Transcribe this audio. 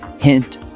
Hint